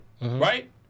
right